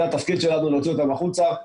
זה התפקיד שלנו, להוציא אותן החוצה.